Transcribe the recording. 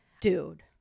dude